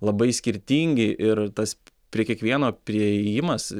labai skirtingi ir tas prie kiekvieno priėjimas